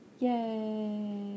Yay